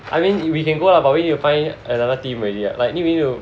I mean if we can go ah but we need to find another team already like we need to